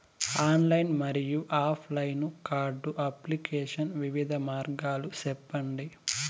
Online మరియు offline card application వివిధ మార్గాలు సెప్పండి?